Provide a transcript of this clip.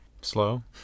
Slow